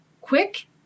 Quick